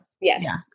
Yes